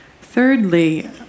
thirdly